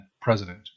President